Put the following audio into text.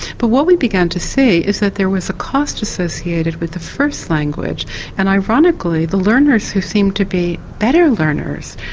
but what we began to see is that there was a cost associated with the first language and ironically the learners who seemed to be better learners,